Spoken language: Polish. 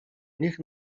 niech